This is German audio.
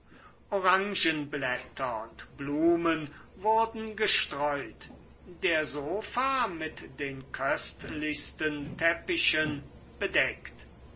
orangenblätter und blumen wurden gestreut der sofa mit den köstlichsten teppichen bedeckt